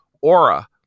Aura